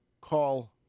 call